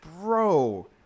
bro